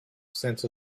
sense